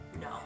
No